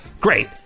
great